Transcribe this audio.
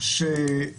אם זה אוסטרליה,